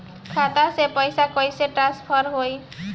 खाता से पैसा कईसे ट्रासर्फर होई?